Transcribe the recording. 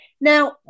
now